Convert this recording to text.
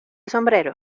sombrero